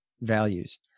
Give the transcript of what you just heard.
values